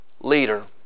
leader